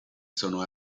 sono